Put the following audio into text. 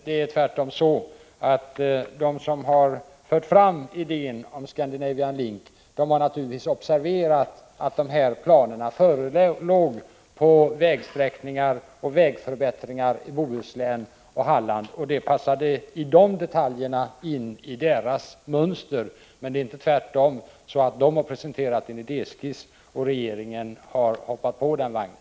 Det är tvärtom så att de som har fört fram idén om Scandinavian Link naturligtvis har observerat att de här planerna på vägsträckningar och vägförbättringar i Bohuslän och Halland förelåg. Planerna passade i dessa detaljer in i deras mönster. Men det är inte så att de som ligger bakom Scandinavian Link-projektet har presenterat en idéskiss och att regeringen sedan har hoppat på den vagnen.